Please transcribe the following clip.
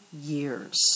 years